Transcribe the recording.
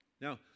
Now